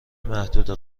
محدوده